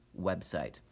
website